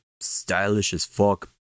stylish-as-fuck